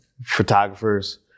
photographers